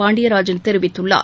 பாண்டியராஜன் தெரிவித்துள்ளார்